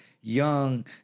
young